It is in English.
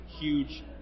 huge